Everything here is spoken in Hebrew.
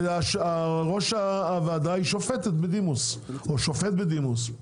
וראש הוועדה היא שופטת בדימוס או שופט בדימוס,